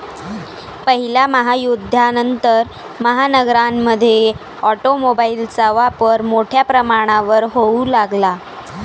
पहिल्या महायुद्धानंतर, महानगरांमध्ये ऑटोमोबाइलचा वापर मोठ्या प्रमाणावर होऊ लागला